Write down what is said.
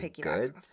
good